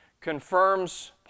confirms